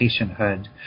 patienthood